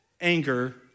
anger